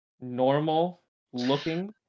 Normal-looking